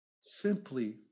Simply